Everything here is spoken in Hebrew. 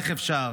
איך אפשר?